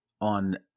on